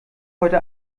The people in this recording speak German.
heute